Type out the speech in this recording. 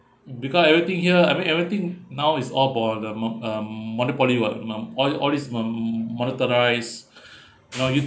because everything here I mean everything now is all about the mo~ um monopoly what um all this all this m~ monetised you know